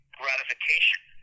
gratification